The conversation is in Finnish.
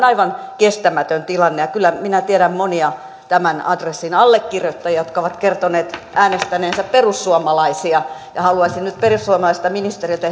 aivan kestämätön tilanne ja kyllä minä tiedän monia tämän adressin allekirjoittajia jotka ovat kertoneet äänestäneensä perussuomalaisia haluaisin nyt perussuomalaiselta ministeriltä